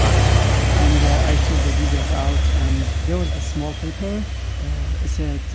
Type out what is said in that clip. baklava and i took the dessert out, and there was a small paper. it said,